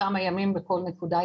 כמה ימים היא הייתה בכל נקודה.